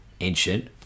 ancient